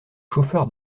chauffeur